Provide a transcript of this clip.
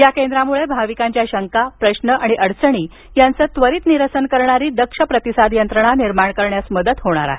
या केंद्रामुळे भाविकांच्या शंका प्रश्न आणि अडचणी यांच त्वरित निरसन करणारी दक्ष प्रतिसाद यंत्रणा निर्माण करण्यास मदत होणार आहे